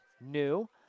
new